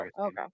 okay